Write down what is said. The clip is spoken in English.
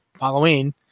Halloween